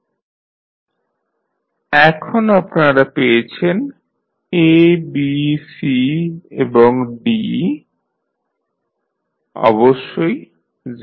v i 1RC 1C 1L 0 v i 0 1L vs ix1R 0 v i এখন আপনারা পেয়েছেন A B C এবং D অবশ্যই 0